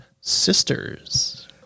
sisters